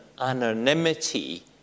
anonymity